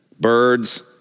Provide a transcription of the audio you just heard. Birds